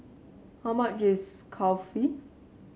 how much is Kulfi